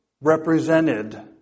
represented